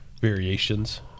variations